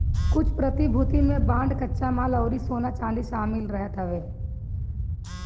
कुछ प्रतिभूति में बांड कच्चा माल अउरी सोना चांदी शामिल रहत हवे